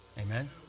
Amen